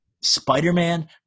Spider-Man